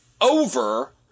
over